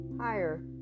higher